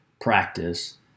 practice